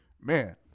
Man